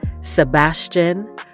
Sebastian